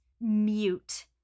mute